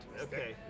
Okay